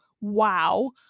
Wow